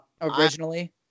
Originally